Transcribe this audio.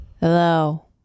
Hello